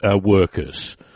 workers